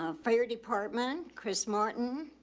ah fire department, chris martin,